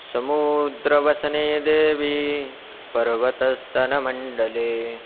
समुद्रवसने देवि पर्वतस्तनमण्डले